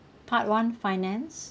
part one finance